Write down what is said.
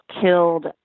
killed